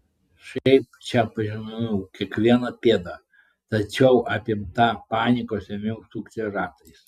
šiaip čia pažinojau kiekvieną pėdą tačiau apimta panikos ėmiau sukti ratais